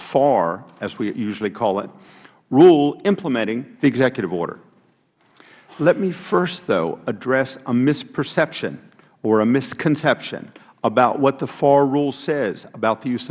far as we usually call it rule implementing the executive order let me first though address a misperception or a misconception about what the far rule says about